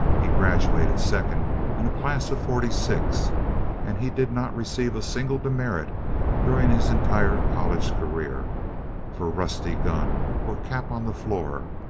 he graduated second in a class of forty-six. and he did not receive a single demerit during his entire college career for rusty gun, or cap on the floor,